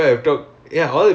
stressful ah